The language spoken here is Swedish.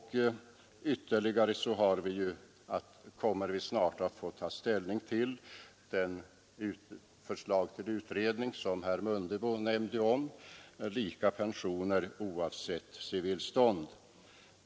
Dessutom kommer vi senare i dag att få ta ställning till det förslag till utredning som herr Mundebo nämnde, dvs. lika pensioner oavsett civilstånd.